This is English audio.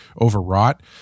overwrought